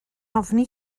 ofni